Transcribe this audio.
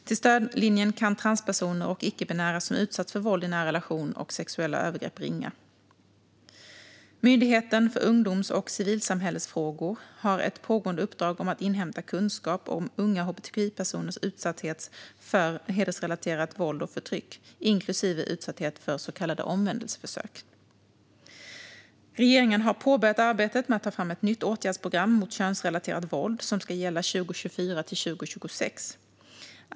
Till stödlinjen kan transpersoner och icke-binära som utsatts för våld i nära relation och sexuella övergrepp ringa. Myndigheten för ungdoms och civilsamhällesfrågor har ett pågående uppdrag att inhämta kunskap om unga hbtq-personers utsatthet för hedersrelaterat våld och förtryck, inklusive utsatthet för så kallade omvändelseförsök. Regeringen har påbörjat arbetet med att ta fram ett nytt åtgärdsprogram mot könsrelaterat våld som ska gälla 2024-2026.